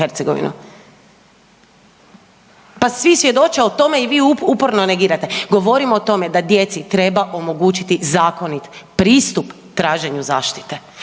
Pa svi svjedoče o tome i vi uporno negirate. Govorim o tome da djeci treba omogućit zakonit pristup traženju zaštite,